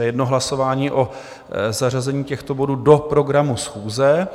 To je jedno hlasování o zařazení těchto bodů do programu schůze.